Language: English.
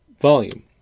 volume